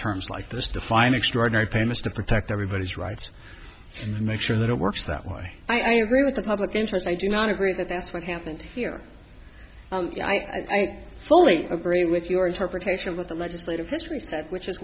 terms like this define extraordinary payments to protect everybody's rights and make sure that it works that way i agree with the public interest i do not agree that that's what happened here i fully agree with your interpretation of the legislative history which is